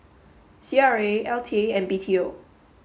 C R A L T A and B T O